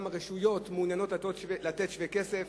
גם הרשויות מעוניינות לתת שווה כסף.